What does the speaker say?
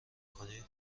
کنی